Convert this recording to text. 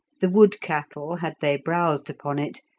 the wood cattle, had they browsed upon it,